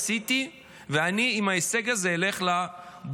עשיתי ועם ההישג הזה אני אלך לבוחר